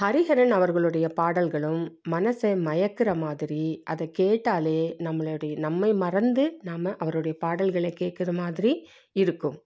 ஹரிஹரன் அவர்களுடைய பாடல்களும் மனசை மயக்குகிற மாதிரி அதை கேட்டாலே நம்மளுடைய நம்மை மறந்து நாம் அவருடைய பாடல்களை கேட்குற மாதிரி இருக்கும்